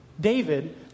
David